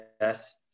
yes